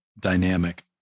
dynamic